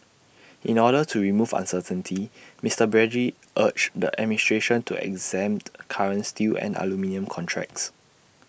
in order to remove uncertainty Mister Brady urged the administration to exempt current steel and aluminium contracts